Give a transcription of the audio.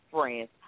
friends